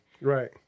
Right